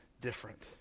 different